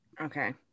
Okay